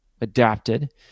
adapted